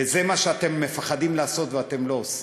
וזה מה שאתם מפחדים לעשות ואתם לא עושים,